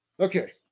Okay